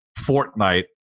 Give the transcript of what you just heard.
fortnite